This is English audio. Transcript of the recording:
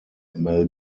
mel